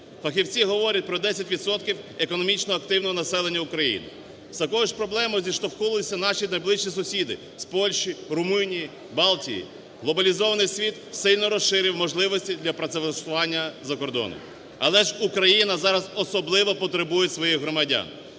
Фахівці говорять про 10 відсотків економічно активного населення України. З такою ж проблемою зіштовхнулися наші найближчі сусіди з Польщі, Румунії, Балтії. Глобалізований світ сильно розширив можливості для працевлаштування за кордоном. Але ж Україна зараз особливо потребує своїх громадян.